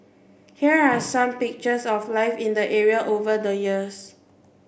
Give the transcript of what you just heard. here are some pictures of life in the area over the years